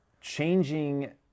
changing